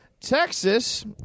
Texas